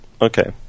Okay